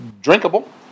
drinkable